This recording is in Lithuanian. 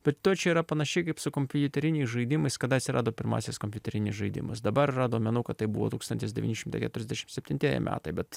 bet to čia yra panašiai kaip su kompiuteriniais žaidimais kada atsirado pirmasis kompiuterinis žaidimas dabar yra duomenų kad tai buvo tūkstantis devyni šimtai keturiasdešim septintieji metai bet